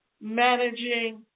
managing